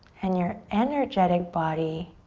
and your energetic body